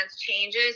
changes